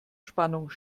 spannung